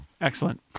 Excellent